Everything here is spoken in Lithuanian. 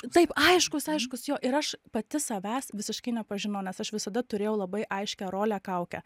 taip aiškūs aiškūs jo ir aš pati savęs visiškai nepažinau nes aš visada turėjau labai aiškią rolę kaukę